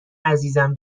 عزیزم